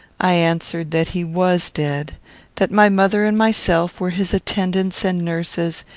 i answered that he was dead that my mother and myself were his attendants and nurses,